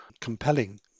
compelling